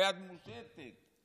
היד מושטת,